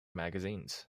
magazines